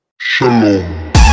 Shalom